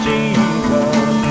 Jesus